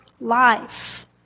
life